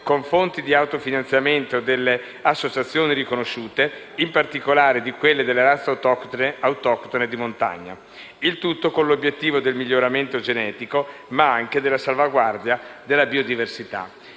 con fonti di autofinanziamento delle associazioni riconosciute, in particolare di quelle delle razze autoctone di montagna, il tutto con l'obiettivo del miglioramento genetico, ma anche della salvaguardia della biodiversità.